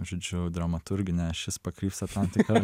žodžiu dramaturginė ašis pakrypsta tam tikra